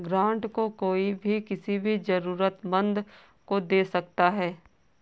grant को कोई भी किसी भी जरूरतमन्द को दे सकता है